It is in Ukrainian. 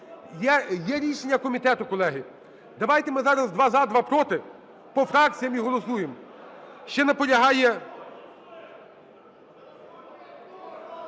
Є рішення комітету, колеги. Давайте ми зараз: два – за, два – проти, по фракціям і голосуємо. Ще наполягає…